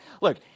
Look